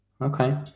Okay